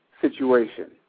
situation